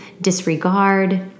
disregard